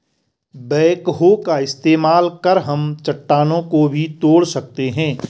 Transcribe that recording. backhoe का इस्तेमाल कर हम चट्टानों को भी तोड़ सकते हैं